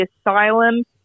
asylum